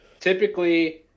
Typically